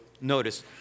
notice